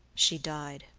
she died.